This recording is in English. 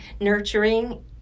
nurturing